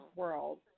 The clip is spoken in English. world